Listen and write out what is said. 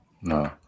no